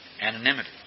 Anonymity